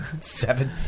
Seven